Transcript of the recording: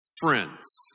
friends